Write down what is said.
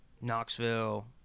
Knoxville